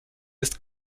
jest